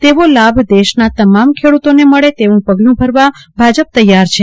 તેવો લાભ દેશના તમામ ખેડૂતોને મળે તેવું પગલું ભરવા ભાજપ તૈયાર છે